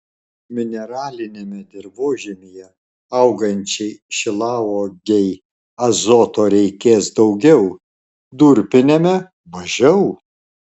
mineraliniame dirvožemyje augančiai šilauogei azoto reikės daugiau durpiniame mažiau